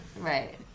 right